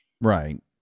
Right